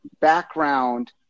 background